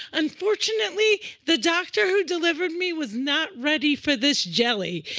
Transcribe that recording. unfortunately, the doctor who delivered me was not ready for this jelly.